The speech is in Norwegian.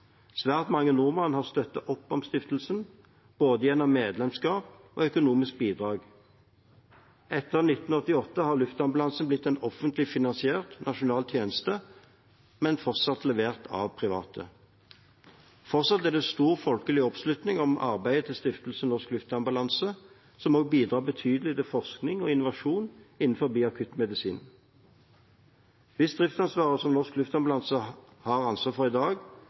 Svært mange nordmenn har støttet opp om stiftelsen gjennom både medlemskap og økonomiske bidrag. Etter 1988 ble luftambulansen en offentlig finansiert nasjonal tjeneste, men fortsatt levert av private. Fortsatt er det stor folkelig oppslutning om Stiftelsen Norsk Luftambulanses arbeid, som også bidrar betydelig til forskning og innovasjon innen akuttmedisin. Hvis driftsansvaret som Norsk Luftambulanse har ansvar for i dag,